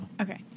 Okay